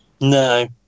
No